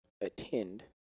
attend